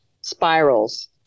spirals